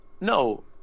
no